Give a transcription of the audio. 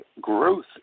growth